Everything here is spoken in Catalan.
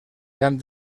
gran